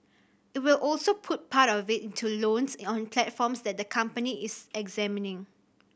it will also put part of it into loans on platforms that the company is examining